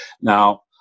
Now